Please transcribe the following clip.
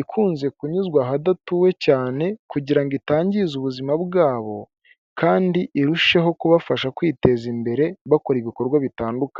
ikunze kunyuzwa ahadatuwe cyane, kugira ngo itangiza ubuzima bwabo, kandi irusheho kubafasha kwiteza imbere bakora ibikorwa bitandukanye.